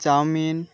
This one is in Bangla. চাউমিন